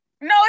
No